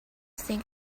think